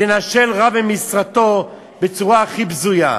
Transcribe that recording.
לנשל רב ממשרתו בצורה הכי בזויה.